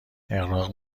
اغراق